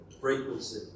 frequency